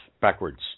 backwards